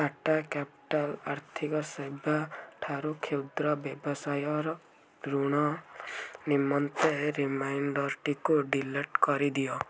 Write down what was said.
Tata capital ଆର୍ଥିକ ସେବା ଠାରୁ କ୍ଷୁଦ୍ର ବ୍ୟବସାୟ ଋଣ ନିମନ୍ତେ ରିମାଇଣ୍ଡର୍ଟିକୁ ଡିଲିଟ୍ କରିଦିଅ